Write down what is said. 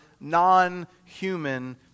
non-human